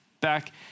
back